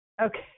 Okay